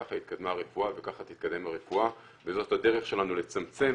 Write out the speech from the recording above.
ככה התקדמה הרפואה וכך תתקדם הרפואה וזו הדרך שלנו לצמצם